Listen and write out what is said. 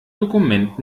dokument